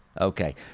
Okay